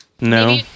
No